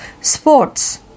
sports